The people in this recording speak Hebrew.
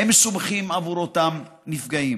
הם מסובכים עבור אותם נפגעים.